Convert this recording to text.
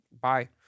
bye